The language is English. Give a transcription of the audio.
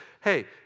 hey